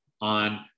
on